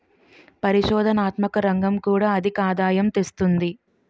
పరిశోధనాత్మక రంగం కూడా అధికాదాయం తెస్తుంది